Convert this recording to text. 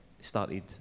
started